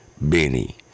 Benny